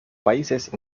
países